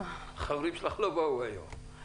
החברים שלך לא באו היום.